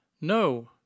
no